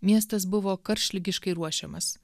miestas buvo karštligiškai ruošiamas